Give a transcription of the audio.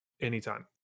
anytime